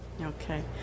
Okay